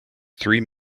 three